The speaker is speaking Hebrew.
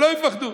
שלא יפחדו.